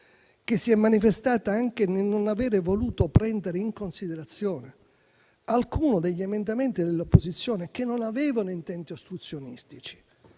che si è manifestata anche nel non aver voluto prendere in considerazione alcuno degli emendamenti dell'opposizione che non avevano intenti ostruzionistici,